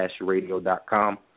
radio.com